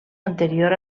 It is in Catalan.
anterior